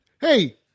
Hey